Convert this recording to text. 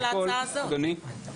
אדוני,